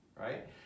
right